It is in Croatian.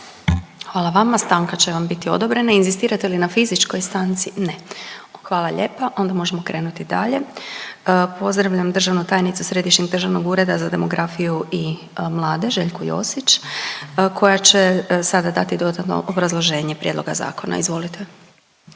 Hvala vama, stanka će vam biti odobrena. Inzistirate li na fizičkoj stanci? Ne. Hvala lijepa onda možemo krenuti dalje. Pozdravljam državnu tajnicu Središnjeg državnog ureda za demografiju i mlade Željku Josić koja će sada dati dodatno obrazloženje prijedloga zakona. Izvolite.